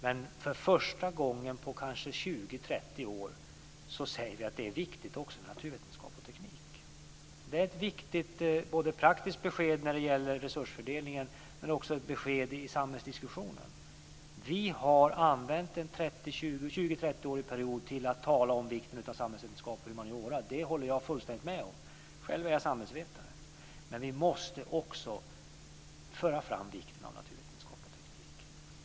Men för första gången på kanske 20-30 år säger vi att det också är viktigt med naturvetenskap och teknik. Det är ett viktigt praktiskt besked när det gäller resursfördelningen men också ett besked i samhällsdiskussionen. Vi har använt en 20-30-årsperiod till att tala om vikten av samhällsvetenskap och humaniora, det håller jag fullständigt med om. Själv är jag samhällsvetare, men vi måste också föra fram vikten av naturvetenskap och teknik.